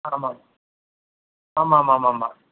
தரமாக இருக்குது ஆமாம் ஆமாம் ஆமாம் ஆமாம்